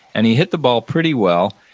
and he hit the ball pretty well,